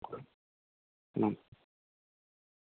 ᱦᱮᱸ